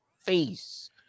face